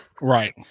right